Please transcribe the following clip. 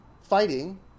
fighting